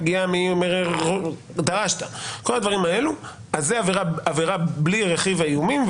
זו עבירה בלי רכיב האיומים,